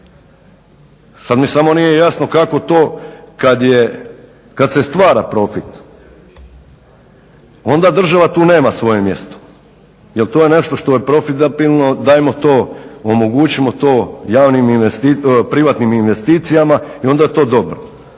Sad mi samo nije jasno kako to kad se stvara profit, onda država tu nema svoje mjesto jer to je nešto što je profitabilno, dajmo to omogućimo to privatnim investicijama i onda je to dobro.